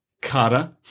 Carter